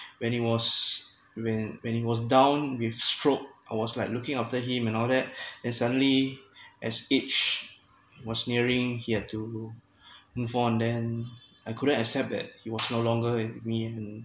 when it was when when he was down with stroke I was like looking after him and all that and suddenly as each was nearing he have to move on then I couldn't accept it he was no longer with me and